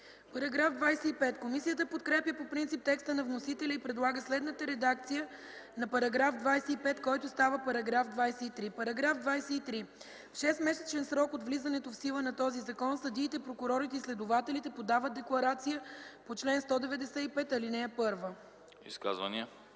ФИДОСОВА: Комисията подкрепя по принцип текста на вносителя и предлага следната редакция на § 25, който става § 23: „§ 23. В 6-месечен срок от влизането в сила на този закон съдиите, прокурорите и следователите подават декларация по чл. 195, ал. 1.”